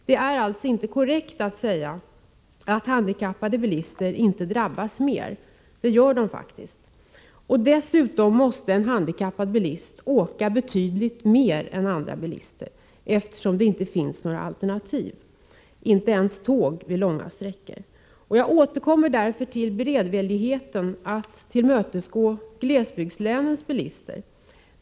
Det är alltså inte korrekt att säga att handikappade bilister inte drabbas mer än andra — det gör de faktiskt. Dessutom måste en handikappad åka bil betydligt mer än andra människor, eftersom det inte finns några alternativ — inte ens tåg vid långa sträckor. Jag återkommer därför till beredvilligheten att tillmötesgå glesbygdslänens bilister.